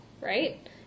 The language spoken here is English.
right